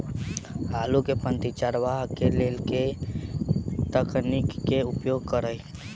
आलु केँ पांति चरावह केँ लेल केँ तकनीक केँ उपयोग करऽ?